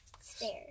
stairs